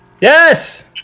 yes